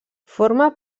forma